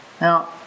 Now